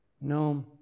no